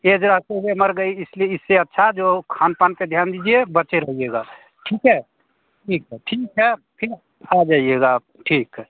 age रहते हुए मर गई इसलिए इससे अच्छा जो खान पान पर ध्यान दीजिए बचे रहिएगा ठीक है ठीक है ठीक है फिर आ जाइएगा आप ठीक है